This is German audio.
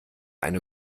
eine